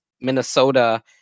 Minnesota